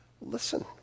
Listen